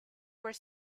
were